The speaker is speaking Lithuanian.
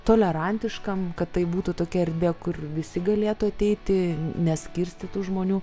tolerantiškam kad tai būtų tokia erdvė kur visi galėtų ateiti neskirstyti žmonių